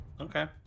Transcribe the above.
Okay